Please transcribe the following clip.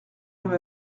homme